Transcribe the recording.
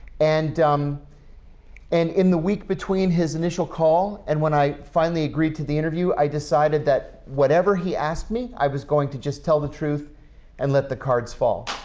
and um and in the week between his initial call and when i finally agreed to the interview, i decided that, whatever he asked me, i was going to just tell the truth and let the cards fall.